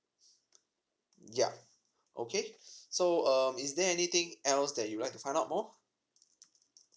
ya okay so um is there anything else that you'd like to find out more